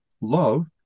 love